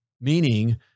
meaning